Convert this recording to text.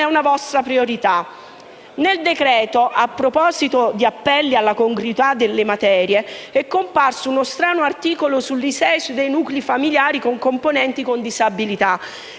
è una vostra priorità. Nel decreto-legge in discussione, a proposito degli appelli alla congruità di materia, è comparso uno strano articolo sull'ISEE dei nuclei familiari con componenti con disabilità;